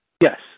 Yes